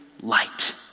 light